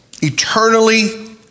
eternally